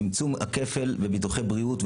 צמצום הכפל בביטוחי בריאות,